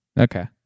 Okay